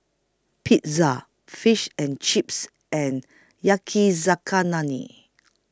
Pizza Fish and Chips and Yakizakana Lee